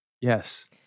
Yes